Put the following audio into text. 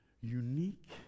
unique